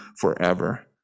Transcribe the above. forever